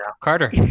Carter